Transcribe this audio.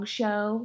show